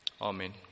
Amen